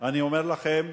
ואני אומר לכם,